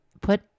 put